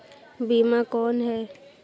बीमा कौन है?